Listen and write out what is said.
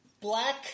black